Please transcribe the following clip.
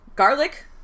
Garlic